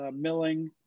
milling